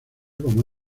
como